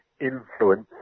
influence